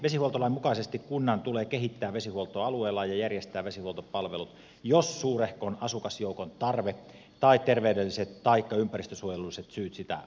vesihuoltolain mukaisesti kunnan tulee kehittää vesihuoltoa alueellaan ja järjestää vesihuoltopalvelut jos suurehkon asukasjoukon tarve tai terveydelliset taikka ympäristönsuojelulliset syyt sitä vaativat